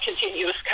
continuous